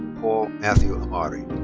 paul matthew and amari.